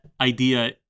idea